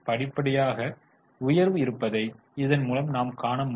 படிப்படியாக உயர்வு இருப்பதை இதன் மூலம் நாம் காண முடியும்